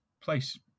place